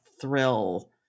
thrill